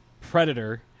Predator